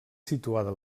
situada